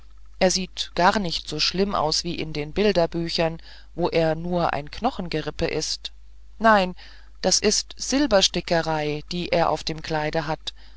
er sieht gar nicht so schlimm aus wie in den bilderbüchern wo er nur ein knochengerippe ist nein das ist silberstickerei die er auf dem kleide hat